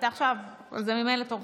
אתה עכשיו, זה ממילא תורך.